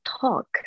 talk